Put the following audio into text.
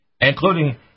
including